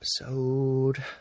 episode